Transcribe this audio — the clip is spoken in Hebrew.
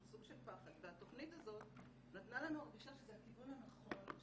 סוג של פחד והתוכנית הזאת נתנה לנו הרגשה שזה הכיוון הנכון,